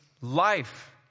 life